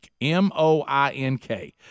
M-O-I-N-K